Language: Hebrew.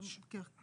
כן.